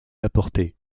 apportées